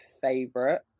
favorite